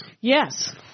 Yes